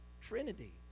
Trinity